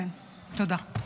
תודה.